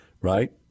Right